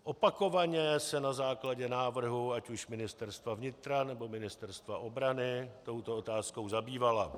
Opakovaně se na základě návrhu ať už Ministerstva vnitra, nebo Ministerstva obrany touto otázkou zabývala.